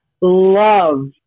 love